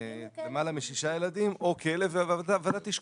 שזה למעלה משישה ילדים או כלב והוועדה תשקול.